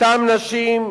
המצב הסוציאלי